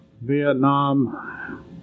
Vietnam